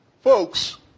folks